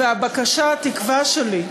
והבקשה והתקווה שלי,